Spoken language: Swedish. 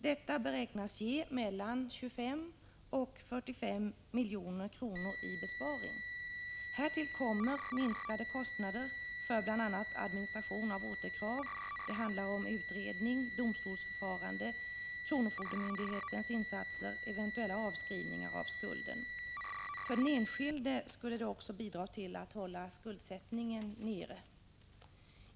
Detta beräknas ge mellan 25 milj.kr. och 45 milj.kr. i besparing. Härtill kommer minskade kostnader för bl.a. administration av återkrav. Det handlar om utredning, domstolsförfarande, kronofogdemyndighetens insatser och eventuell avskrivning av skulden. För den enskilde skulle det också bidra till att hålla skuldsättningen nere.